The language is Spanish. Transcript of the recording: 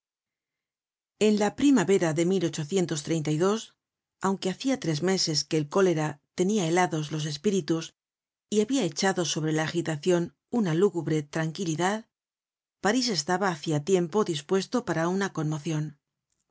en la primavera de aunque hacia tres meses que el cólera tenia helados los espíritus y habia echado sobre la agitacion una lúgubre tranquilidad parís estaba hacia tiempo dispuesto para una conmocion